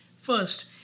First